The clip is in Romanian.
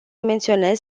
menționez